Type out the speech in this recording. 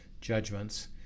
judgments